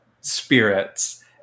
spirits